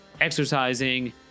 exercising